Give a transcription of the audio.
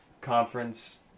conference